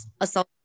assault